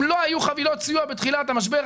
אם לא היו חבילות סיוע בתחילת המשבר,